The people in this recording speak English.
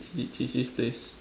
is it this place